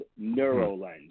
NeuroLens